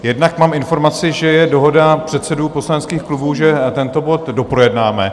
Jednak mám informaci, že je dohoda předsedů poslaneckých klubů, že tento bod doprojednáme.